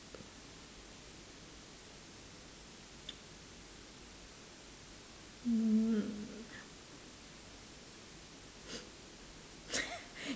mm